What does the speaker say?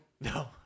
no